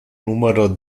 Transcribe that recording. numero